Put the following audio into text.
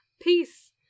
peace